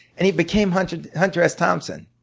and he became hunter hunter s. thompson.